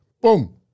boom